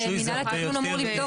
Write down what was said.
מינהל התכנון אמור לבדוק באופן אקטיבי